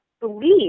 believe